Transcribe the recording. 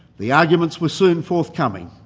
the arguments were soon forthcoming.